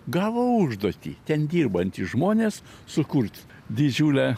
gavo užduotį ten dirbantys žmonės sukurt didžiulę